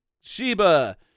Sheba